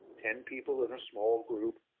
ten people in a small group,